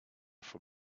for